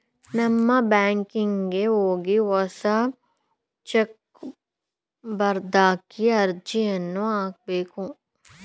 ನಮ್ಮ ಬ್ಯಾಂಕಿಗೆ ಹೋಗಿ ಹೊಸ ಚೆಕ್ಬುಕ್ಗಾಗಿ ಅರ್ಜಿಯನ್ನು ಹಾಕಬೇಕು